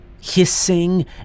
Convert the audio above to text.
Hissing